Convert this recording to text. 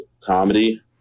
comedy